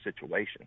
situation